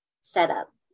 setup